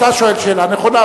אתה שואל שאלה נכונה,